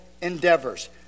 endeavors